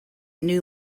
new